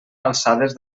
alçades